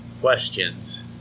questions